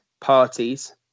parties